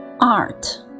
Art